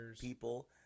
people –